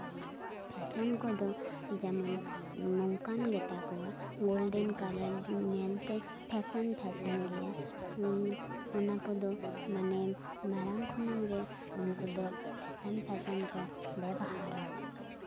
fashion ᱠᱚᱫᱚ ᱡᱮᱢᱚᱱ ᱱᱚᱝᱠᱟᱱ ᱜᱮᱛᱟ ᱠᱚᱣᱟ ᱜᱳᱞᱰᱮᱱ ᱠᱟᱞᱟᱨ ᱧᱮᱞᱛᱮ ᱯᱷᱮᱥᱮᱱ ᱯᱷᱮᱥᱮᱱ ᱜᱮᱭᱟ ᱚᱱᱟ ᱠᱚᱫᱚ ᱢᱟᱱᱮ ᱢᱟᱲᱟᱝ ᱠᱷᱚᱱᱟᱝ ᱜᱮ ᱩᱱᱠᱩ ᱫᱚ ᱯᱷᱮᱥᱮᱱ ᱯᱷᱮᱥᱮᱱ ᱠᱚ ᱵᱮᱵᱚᱦᱟᱨᱟ